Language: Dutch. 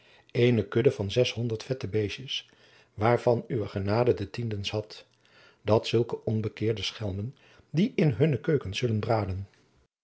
eene kudde van zeshonderd vette beestjens waarvan uwe genade de tiendens had dat zulke onbekeerde schelmen die in hunne keukens zullen braden